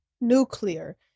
nuclear